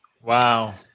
Wow